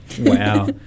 Wow